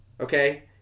okay